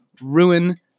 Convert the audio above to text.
ruin